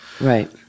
right